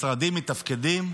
משרדים מתפקדים.